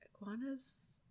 iguanas